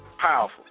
powerful